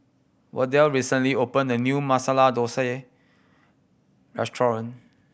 Wardell recently opened a new Masala Dosa Restaurant